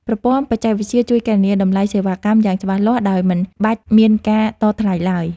ប្រព័ន្ធបច្ចេកវិទ្យាជួយគណនាតម្លៃសេវាកម្មយ៉ាងច្បាស់លាស់ ដោយមិនបាច់មានការតថ្លៃឡើយ។